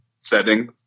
setting